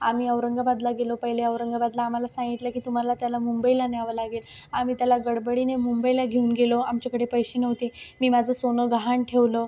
आम्ही औरंगाबादला गेलो पहिले औरंगाबादला आम्हाला सांगितलं की तुम्हाला त्याला मुंबईला न्यावं लागेल आम्ही त्याला गडबडीने मुंबईला घेऊन गेलो आमच्याकडे पैसे नव्हते मी माझं सोनं गहाण ठेवलं